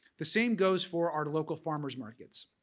the same goes for our local farmers markets.